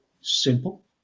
simple